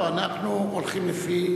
אנחנו הולכים לפי,